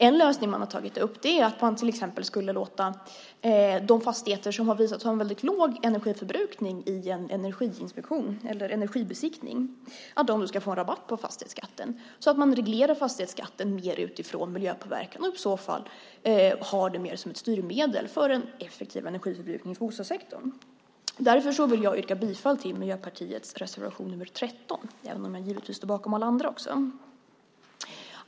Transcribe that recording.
Ett förslag till lösning är att man till exempel skulle låta de fastigheter som vid en energiinspektion eller energibesiktning har visat sig ha en väldigt låg energiförbrukning ska få en rabatt på fastighetsskatten, så att man reglerar fastighetsskatten mer utifrån miljöpåverkan, och i så fall har den mer som ett styrmedel för en effektivare energiförbrukning för bostadssektorn. Därför yrkar jag bifall till Miljöpartiets reservation 13, även om jag givetvis står bakom alla våra andra reservationer också.